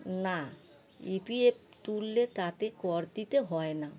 না E P F তুললে তাতে কর দিতে হয় না